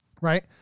Right